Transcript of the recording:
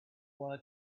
wanna